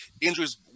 Injuries